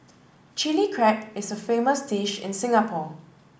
Chilli Crab is a famous dish in Singapore